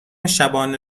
شبانه